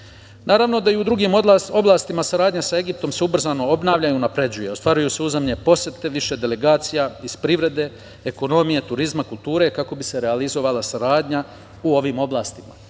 polju. Naravno da i u drugim oblastima saradnja sa Egiptom se ubrzano obnavlja i unapređuje, ostvaruju se uzajamne posete više delegacija iz privrede, ekonomije, turizma, kulture, kako bi se realizovala saradnja u ovim oblastima. Naravno,